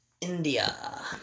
India